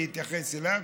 אני אתייחס אליו.